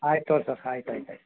ಆಯ್ತು ತೊಗೊರಿ ಸರ್ ಆಯ್ತು ಆಯ್ತು ಆಯ್ತು